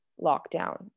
lockdown